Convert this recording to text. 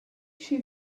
she